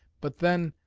but then,